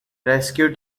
rescue